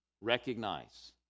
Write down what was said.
Recognize